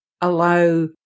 allow